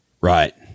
Right